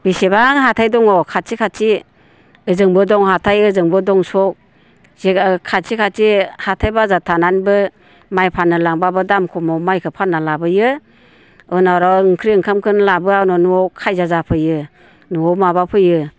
बेसेबां हाथाय दङ खाथि खाथि ओजोंबो दं हाथाय ओजोंबो दं सख खाथि खाथि हाथाय बाजार थानानैबो माइ फाननो लांब्लाबो दम खमाव माइखो फानना लाबोयो उनाव र' ओंख्रि ओंखामखोनो लाबोआ उनाव न'आव खायजिया जाफैयो न'आव माबाफैयो